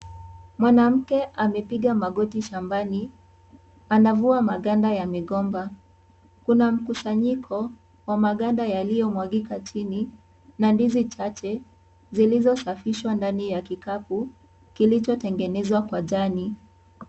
Mwanamke amepiga magoti shambani, anavua maganda ya migomba, kuna mkusanyiko wa maganda yaliyomwagika chini na ndizi chache zilizosafishwa ndani ya kikapu kilichotengenezwa kwa jani.